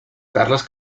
carles